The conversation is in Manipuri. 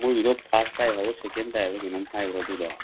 ꯃꯣꯏꯒꯤꯗꯣ ꯐꯥꯔꯁ ꯇꯥꯏ ꯍꯥꯏꯕ꯭ꯔ ꯁꯦꯀꯦꯟ ꯇꯥꯏ ꯍꯥꯏꯕ꯭ꯔ ꯀꯩꯅꯣꯝ ꯍꯥꯏꯕ꯭ꯔ ꯑꯗꯨꯗꯣ